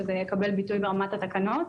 וזה יקבל ביטוי ברמת התקנות.